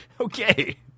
okay